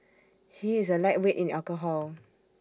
he is A lightweight in alcohol